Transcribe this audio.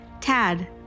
Tad